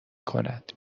کند